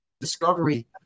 Discovery